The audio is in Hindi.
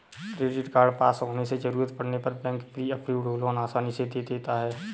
क्रेडिट कार्ड पास होने से जरूरत पड़ने पर बैंक प्री अप्रूव्ड लोन आसानी से दे देता है